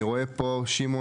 אני רואה פה שמעון,